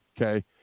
Okay